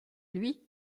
lui